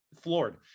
floored